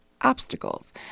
obstacles